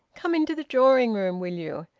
come into the drawing-room, will you?